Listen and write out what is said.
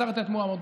הסרת את מועמדותך.